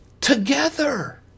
together